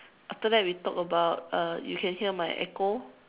after that we talk about uh you can hear my echo